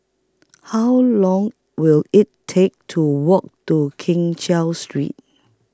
How Long Will IT Take to Walk to Keng Cheow Street